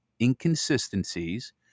inconsistencies